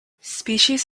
species